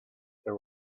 there